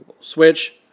switch